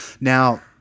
Now